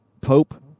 pope